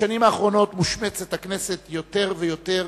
בשנים האחרונות מושמצת הכנסת יותר ויותר